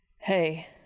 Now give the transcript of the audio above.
Hey